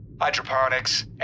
Hydroponics